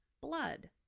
blood